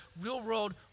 real-world